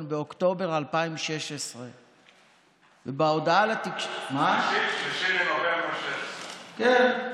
באוקטובר 2016. 6 בנובמבר 2016. כן.